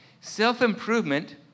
Self-improvement